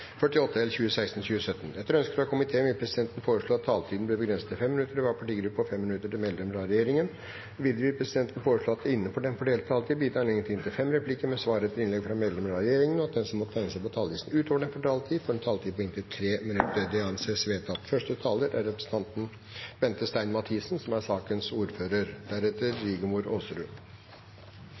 vil presidenten foreslå at det – innenfor den fordelte taletiden – blir gitt anledning til replikkordskifte på inntil fem replikker med svar etter innlegg fra medlemmer av regjeringen, og at de som måtte tegne seg på talerlisten utover den fordelte taletiden, får en taletid på inntil 3 minutter. – Det anses vedtatt. Jeg vil aller først takke komiteen for et godt samarbeid i denne saken. Når barn blir alvorlig syke og har behov for tilsyn og pleie, er